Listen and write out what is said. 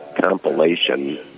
compilation